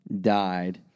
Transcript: died